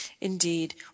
Indeed